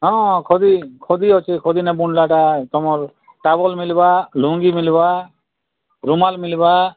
ହଁ ଖଦି ଖଦି ଅଛି ଖଦି ନାଇଁ ବୁଣିଲାଟା ତୁମର ଟାୱଲ ମିଲବା ଲୁଙ୍ଗୀ ମିଲବା ରୁମାଲ ମିଲବା